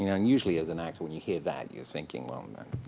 yeah and usually, as an actor, when you hear that, you're thinking, well,